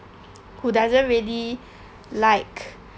who doesn't really like